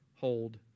hold